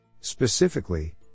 Specifically